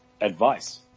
advice